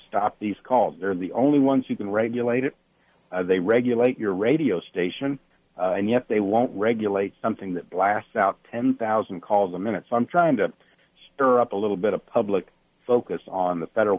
stop these called they're the only ones who can regulate it they regulate your radio station and yet they won't regulate something that blasts out ten thousand called the minutes i'm trying to stir up a little bit of public focus on the federal